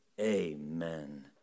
Amen